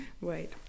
Wait